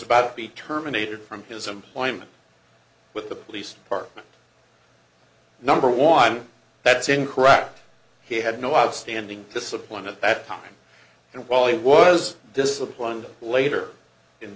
about to be terminated from his employment with the police department number one that's incorrect he had no outstanding discipline at that time and while he was disciplined later in